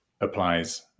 applies